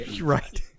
right